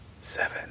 Seven